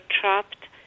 trapped